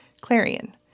Clarion